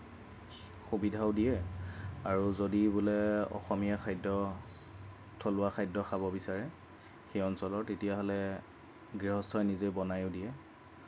সুবিধাও দিয়ে আৰু যদি বোলে অসমীয়া খাদ্য থলুৱা খাদ্য খাব বিচাৰে সেই অঞ্চলৰ তেতিয়াহ'লে গৃহস্থই নিজে বনায়ো দিয়ে